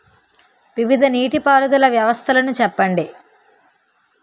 వివిధ నీటి పారుదల వ్యవస్థలను చెప్పండి?